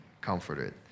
comforted